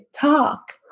talk